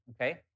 okay